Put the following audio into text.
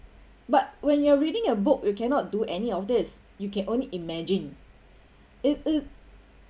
but when you're reading a book you cannot do any of this you can only imagine if if